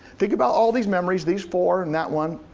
think about all these memories, these four and that one,